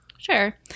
Sure